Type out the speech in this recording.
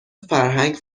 فرهنگ